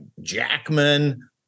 Jackman